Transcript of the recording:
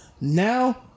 Now